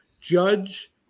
judge